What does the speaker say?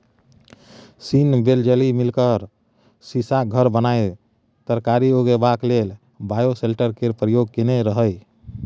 scene Wellesley Miller सीशाक घर बनाए तरकारी उगेबाक लेल बायोसेल्टर केर प्रयोग केने रहय